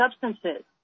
substances